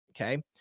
Okay